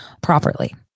properly